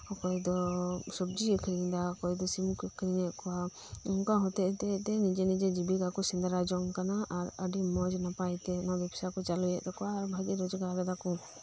ᱚᱠᱚᱭᱫᱚ ᱥᱚᱵᱡᱤ ᱟᱹᱠᱷᱨᱤᱧ ᱫᱟ ᱚᱠᱚᱭᱫᱚ ᱥᱤᱢᱠᱩ ᱟᱹᱠᱷᱨᱤᱧᱮᱫ ᱠᱚᱣᱟ ᱚᱱᱠᱟ ᱦᱚᱛᱮᱜ ᱛᱮ ᱱᱤᱡᱮ ᱱᱤᱡᱮ ᱡᱤᱵᱤᱠᱟᱠᱩ ᱥᱮᱸᱫᱨᱟ ᱡᱚᱝᱠᱟᱱᱟ ᱟᱨ ᱟᱹᱰᱤᱢᱚᱪ ᱱᱟᱯᱟᱭᱛᱮ ᱚᱱᱟ ᱵᱮᱯᱥᱟᱠᱩ ᱪᱟᱹᱞᱩᱭᱮᱫ ᱛᱟᱠᱩᱣᱟ ᱟᱨ ᱵᱷᱟᱜᱤ ᱨᱚᱡᱜᱟᱨᱮᱫᱟᱠᱩ